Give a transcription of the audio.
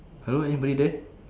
hello anybody there